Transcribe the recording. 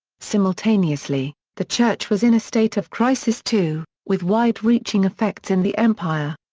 simultaneously, the church was in a state of crisis too, with wide-reaching effects in the empire.